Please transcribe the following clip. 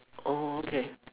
oh okay